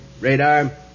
radar